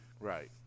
Right